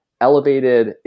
elevated